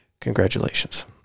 Congratulations